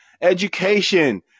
education